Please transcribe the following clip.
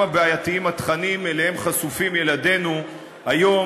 בעייתיים התכנים שאליהם חשופים ילדינו היום,